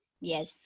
Yes